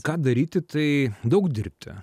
ką daryti tai daug dirbti